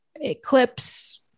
Eclipse